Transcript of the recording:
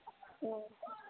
ꯑꯥ